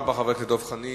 תודה רבה, חבר הכנסת דב חנין.